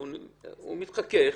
הוא מתחכך,